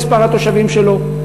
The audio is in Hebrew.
עם מספר התושבים שלו,